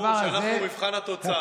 הרב פרוש, אנחנו, מבחן התוצאה.